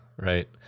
Right